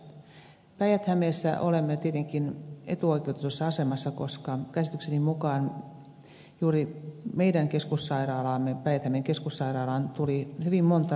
päijät hämeessä olemme tietenkin etuoikeutetussa asemassa koska käsitykseni mukaan juuri meidän keskussairaalaamme päijät hämeen keskussairaalaan tuli hyvin monta reumaosaajaa